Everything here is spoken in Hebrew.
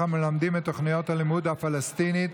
המלמדים את תוכניות הלימוד הפלסטיניות